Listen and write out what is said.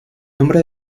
nombre